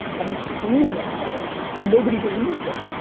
i've been screaming about this, and nobody believes it.